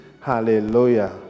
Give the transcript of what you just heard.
Hallelujah